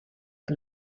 que